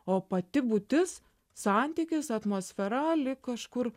o pati būtis santykis atmosfera lyg kažkur